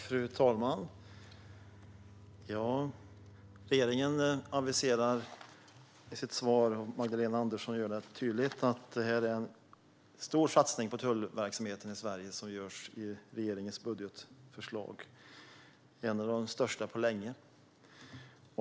Fru talman! Regeringen aviserade i svaret, och Magdalena Andersson gör det tydligt, att regeringen i sitt budgetförslag gör en stor satsning på tullverksamheten i Sverige. Det är en av de största på länge.